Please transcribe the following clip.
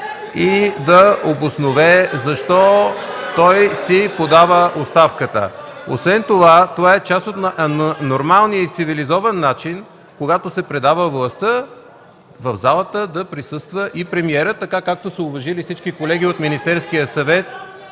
да обоснове защо си подава оставката. Това е част от нормалния и цивилизован начин, когато се предава властта, в залата да присъства и премиерът, така както всички колеги от Министерския съвет